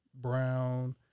Brown